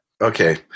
Okay